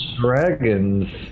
Dragons